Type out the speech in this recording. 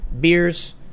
beers